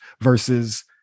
versus